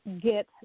get